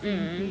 mm